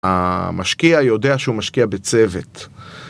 המשקיע יודע שהוא משקיע בצוות